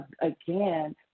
again